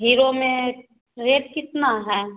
hero में rate कितना है